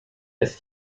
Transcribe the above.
des